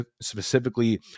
specifically